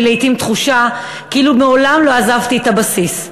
לעתים תחושה כאילו מעולם לא עזבתי את הבסיס.